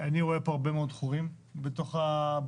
אני רואה פה הרבה מאוד חורים בתוך ההסדר